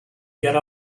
get